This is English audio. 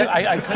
i